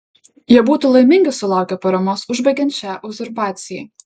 jie būtų laimingi sulaukę paramos užbaigiant šią uzurpaciją